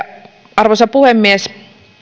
arvoisa puhemies